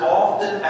often